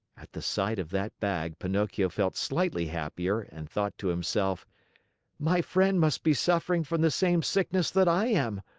at the sight of that bag, pinocchio felt slightly happier and thought to himself my friend must be suffering from the same sickness that i am!